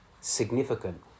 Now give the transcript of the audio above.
significant